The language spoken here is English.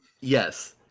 Yes